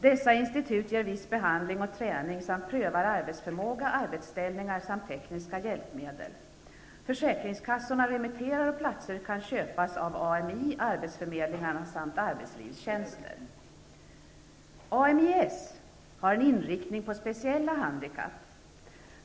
Dessa institut ger viss behandling och träning samt prövar arbetsförmåga, arbetsställningar och tekniska hjälpmedel. Försäkringskassorna remitterar, och platser kan köpas av AMI, arbetsförmedlingarna samt arbetslivstjänster. AMI-S har en inriktning på speciella handikapp.